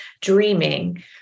dreaming